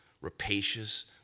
rapacious